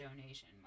donation